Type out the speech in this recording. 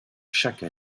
chaque